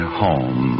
home